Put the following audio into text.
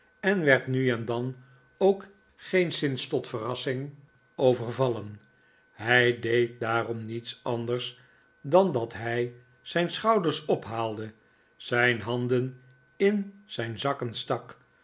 en werd nu dan ook geenszins bij verrassing overvallen hij deed daarom niets anders dan dat hij zijn schouders ophaalde zijn handen in zijn zakken stak